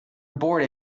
abort